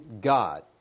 God